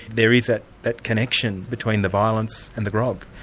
there is that that connection between the violence and the grog.